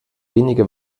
wenige